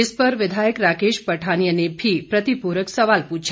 इस पर विधायक राकेश पठानिया ने भी प्रतिपूरक सवाल पूछा